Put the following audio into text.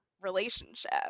relationship